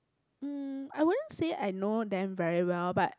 um I wouldn't say I know them very well but